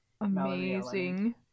Amazing